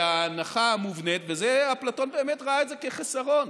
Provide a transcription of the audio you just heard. וההנחה המובנית, ואפלטון באמת ראה את זה כחיסרון,